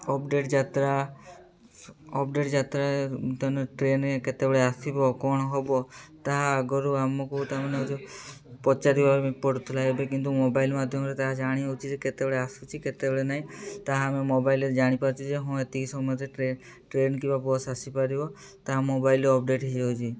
update ଯାତ୍ରା update ଯାତ୍ରାରେ ତୁମେ ଟ୍ରେନ୍ରେ କେତେବେଳେ ଆସିବ କ'ଣ ହବ ତାହା ଆଗରୁ ଆମକୁ ତୁମେ ଯେଉଁ ପଚାରିବାକୁ ପଡ଼ୁଥିଲା ଏବେ କିନ୍ତୁ ମୋବାଇଲ୍ ମାଧ୍ୟମରେ ତାହା ଜାଣି ହେଉଛି ଯେ କେତେବେଳେ ଆସୁଛି କେତେବେଳେ ନାହିଁ ତାହା ଆମେ ମୋବାଇଲ୍ରେ ଜାଣିପାରୁଛୁ ଯେ ହଁ ଏତିକି ସମୟରେ ଟ୍ରେନ୍ କିମ୍ବା ବସ୍ ଆସିପାରିବ ତାହା ମୋବାଇଲରେ ଅପଡ଼େଟ୍ ହେଇଯାଉଛି